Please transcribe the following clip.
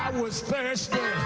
um was thirsty.